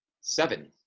seven